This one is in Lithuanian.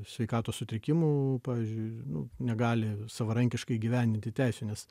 sveikatos sutrikimų pavyzdžiui nu negali savarankiškai įgyvendinti teisinės